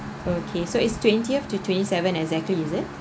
okay so it's twentieth to twenty seven exactly is it